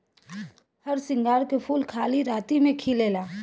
हरसिंगार के फूल खाली राती में खिलेला